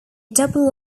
double